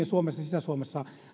suomessa sisä suomessa